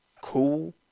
cool